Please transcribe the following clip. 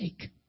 take